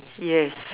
yes